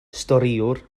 storïwr